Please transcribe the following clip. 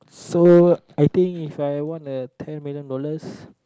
so I think If I won a ten million dollars